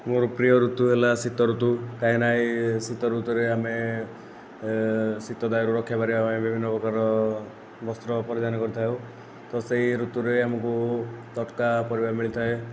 ମୋର ପ୍ରିୟ ଋତୁ ହେଲା ଶୀତ ଋତୁ କାହିଁକିନା ଏହି ଶୀତ ଋତୁରେ ଆମେ ଶୀତ ଦାଉରୁ ରକ୍ଷା ପାରିବା ପାଇଁ ବିଭିନ୍ନ ପ୍ରକାର ବସ୍ତ୍ର ପରିଧାନ କରିଥାଉ ତ ସେହି ଋତୁରେ ଆମକୁ ତଟକା ପରିବା ମିଳିଥାଏ